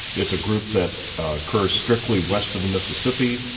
it's a group that occurs strictly west of the mississippi,